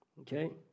Okay